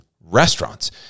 restaurants